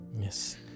Yes